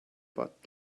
but